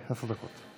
עשר דקות.